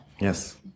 yes